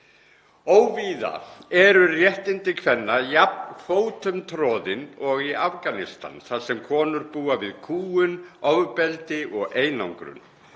Óvíða eru réttindi kvenna jafn fótum troðin og í Afganistan þar sem konur búa við kúgun, ofbeldi og einangrun.